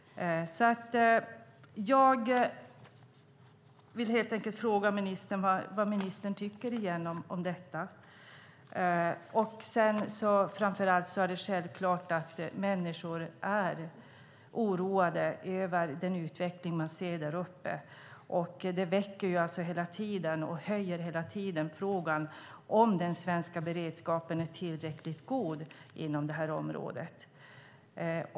Jag vill helt enkelt fråga ministern igen vad ministern tycker om detta. Framför allt är det självklart att människor är oroade över den utveckling man ser i norr. Det lyfter hela tiden fram frågan om den svenska beredskapen är tillräckligt god inom det här området.